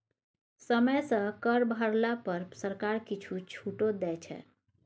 समय सँ कर भरला पर सरकार किछु छूटो दै छै